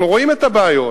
אנחנו רואים את הבעיות,